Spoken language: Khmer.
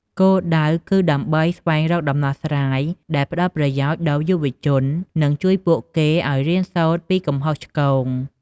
គោលដៅ គឺដើម្បីស្វែងរកដំណោះស្រាយដែលផ្តល់ប្រយោជន៍ដល់យុវជន និងជួយពួកគេឱ្យរៀនសូត្រពីកំហុសឆ្គង។